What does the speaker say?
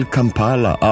Kampala